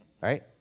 Right